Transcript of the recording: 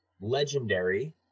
legendary